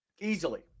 Easily